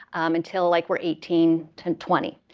until like we're eighteen to twenty.